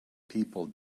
people